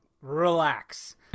relax